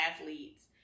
athletes